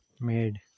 made